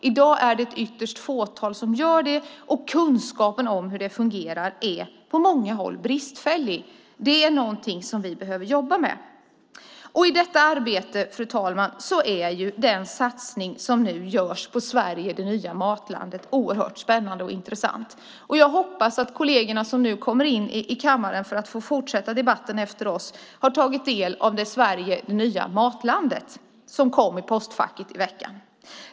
I dag är det ytterst få som gör det, och kunskapen om hur det fungerar är på många håll bristfällig. Det är någonting som vi behöver jobba med. I detta arbete, fru ålderspresident, är satsningen på Sverige som det nya matlandet oerhört spännande och intressant. Jag hoppas att kollegerna som nu kommer in i kammaren för att få fortsätta debatten efter oss har tagit del av Sverige - det nya matlandet som kom i postfacken i veckan.